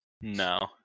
No